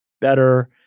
better